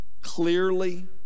clearly